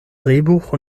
drehbuch